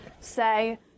say